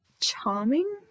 charming